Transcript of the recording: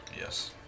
Yes